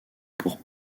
pour